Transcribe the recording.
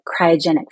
cryogenic